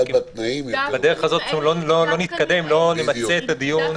בדרך הזאת לא נתקדם, לא נמצא את הדיון.